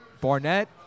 Barnett